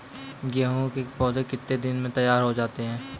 गेहूँ के पौधे कितने दिन में तैयार हो जाते हैं?